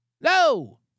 No